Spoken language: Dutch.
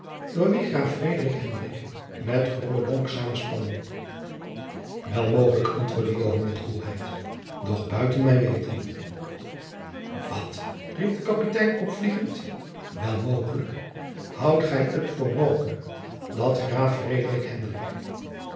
door wien graaf frederik hendrik met grobbendonck samenspannen wel mogelijk antwoordde joan met koelheid doch buiten mijn weten wat riep de kapitein opvliegend wel mogelijk houdt gij het voor mogelijk dat graaf